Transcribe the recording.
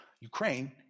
ukraine